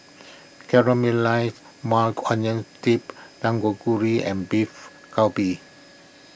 Caramelized Maui Onion Dip and Beef Galbi